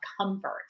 comfort